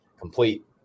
complete